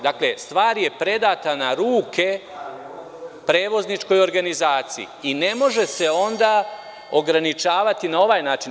Dakle, stvar je predata na ruke prevozničkoj organizaciji i ne može se onda ograničavati na ovaj način.